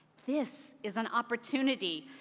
this is an opportunity.